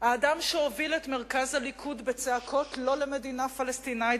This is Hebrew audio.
האדם שהוביל את מרכז הליכוד בצעקות: לא למדינה פלסטינית,